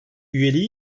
üyeliği